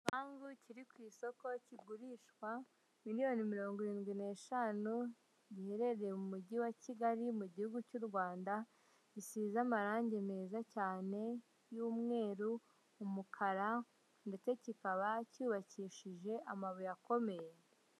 Igipangu kiri ku isoko kigurishwa miliyoni mirongo irindwi n'eshanu, giherereye mu mujyi wa Kigali mu gihugu cy'u Rwanda, gisize amarangi meza cyane y'umweru, umukara ndetse kikaba cyubakishije amabuye akomeye.